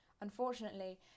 Unfortunately